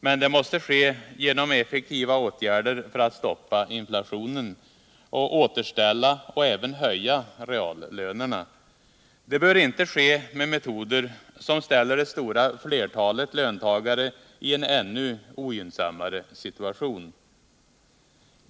Men det måste ske genom effektiva åtgärder för att stoppa inflationen och återställa och även höja reallönerna. Det bör inte ske med metoder som ställer det stora flertalet löntagare i en ännu ogynnsammare situation.